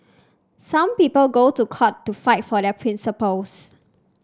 some people go to court to fight for their principles